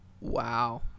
wow